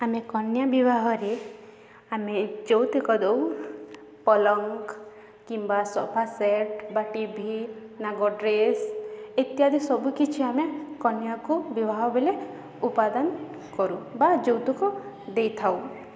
ଆମେ କନ୍ୟା ବିବାହରେ ଆମେ ଯୌତୁକ ଦେଉ ପଲଙ୍କ କିମ୍ବା ସୋଫା ସେଟ୍ ବା ଟି ଭି ନାଗ ଡ୍ରେସ୍ ଇତ୍ୟାଦି ସବୁ କିିଛି ଆମେ କନ୍ୟାକୁ ବିବାହ ବଲେ ଉପାଦାନ କରୁ ବା ଯୌତୁକ ଦେଇଥାଉ